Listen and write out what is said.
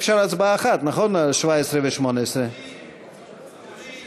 אפשר הצבעה אחת על 17 ו-18, נכון?